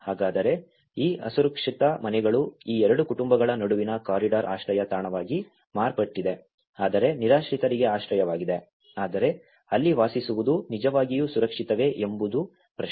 ಹಾಗಾದರೆ ಈ ಅಸುರಕ್ಷಿತ ಮನೆಗಳು ಈ ಎರಡು ಕುಟುಂಬಗಳ ನಡುವಿನ ಕಾರಿಡಾರ್ ಆಶ್ರಯ ತಾಣವಾಗಿ ಮಾರ್ಪಟ್ಟಿದೆ ಆದರೆ ನಿರಾಶ್ರಿತರಿಗೆ ಆಶ್ರಯವಾಗಿದೆ ಆದರೆ ಅಲ್ಲಿ ವಾಸಿಸುವುದು ನಿಜವಾಗಿಯೂ ಸುರಕ್ಷಿತವೇ ಎಂಬುದು ಪ್ರಶ್ನೆ